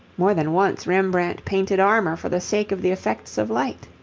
more than once rembrandt painted armour for the sake of the effects of light.